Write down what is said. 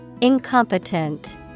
Incompetent